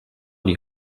die